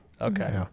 Okay